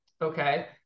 okay